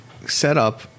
Setup